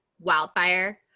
wildfire